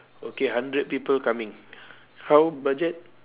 okay hundred people coming how budget